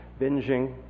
Binging